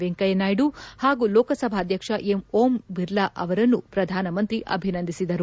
ವೆಂಕಯ್ಥನಾಯ್ಡು ಹಾಗೂ ಲೋಕಸಭಾದ್ಯಕ್ಷ ಓಂ ಬಿರ್ಲಾ ಅವರನ್ನು ಪ್ರಧಾನಮಂತ್ರಿ ಅಭಿವಂದಿಸಿದರು